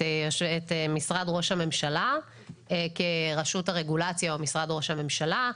משרד ראש הממשלה כרשות הרגולציה או משרד ראש הממשלה,